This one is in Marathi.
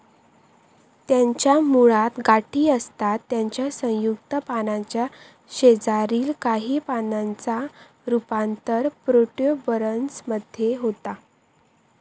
त्याच्या मुळात गाठी असतत त्याच्या संयुक्त पानाच्या शेजारील काही पानांचा रूपांतर प्रोट्युबरन्स मध्ये होता